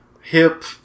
hip